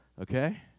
okay